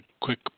quick